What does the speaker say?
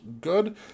good